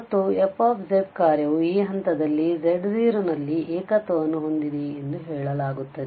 ಮತ್ತು f ಕಾರ್ಯವು ಈ ಹಂತದಲ್ಲಿ z0 ನಲ್ಲಿ ಏಕತ್ವವನ್ನು ಹೊಂದಿದೆ ಎಂದು ಹೇಳಲಾಗುತ್ತದೆ